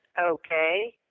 okay